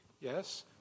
yes